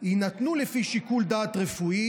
והם יינתנו לפי שיקול דעת רפואי,